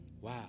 Wow